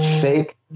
fake